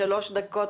שלוש דקות.